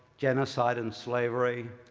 genocide and slavery,